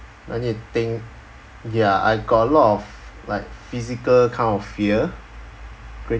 let me think ya I got a lot of like physical kind of fear